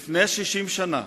לפני 60 שנה